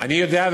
אני יודע,